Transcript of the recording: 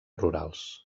rurals